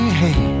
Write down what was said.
hey